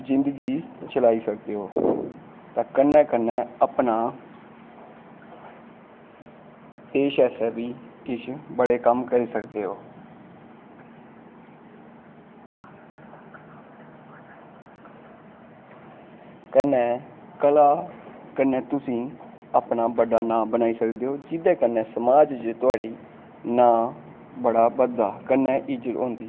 जिन्दगी चलाई सकदे ओ ते कन्नै कन्नै अपना देश आस्तै बी बड़े कम्म करी सकदे ओ कन्नै कला कन्नै तुस अपना बड्डा नां बनाई सकदे ओ जेह्दै कन्नै समाज च तोआड़ा नांऽ बड़ा बददा कन्नै इज्जतहोंदी